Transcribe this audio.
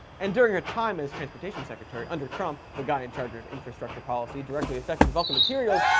and during her time as transportation secretary under trump, the guy in charge of infrastructure policy directly affecting vulcan materials,